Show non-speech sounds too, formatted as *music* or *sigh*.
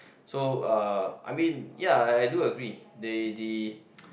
so uh I mean ya I do agree the the *noise*